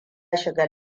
shiga